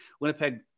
Winnipeg